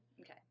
Okay